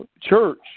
church